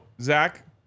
Zach